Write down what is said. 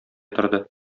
торды